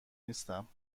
نیستم